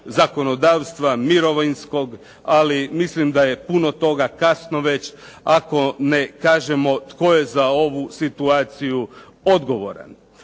zakonodavstva, mirovinskog, ali mislim da je puno toga kasno već, ako ne kažemo tko je za ovu situaciju odgovoran.